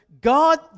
God